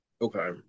Okay